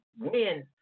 win